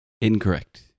Incorrect